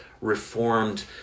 Reformed